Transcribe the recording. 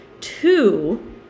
Two